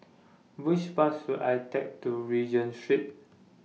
Which Bus should I Take to Regent Street